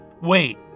Wait